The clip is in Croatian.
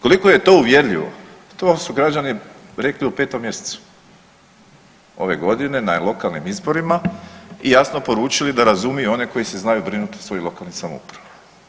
Koliko je to uvjerljivo to su građani rekli u petom mjesecu ove godine na lokalnim izborima i jasno poručili da razumiju one koji se znaju brinuti o svojoj lokalnoj samoupravi.